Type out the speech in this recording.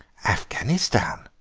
afghanistan.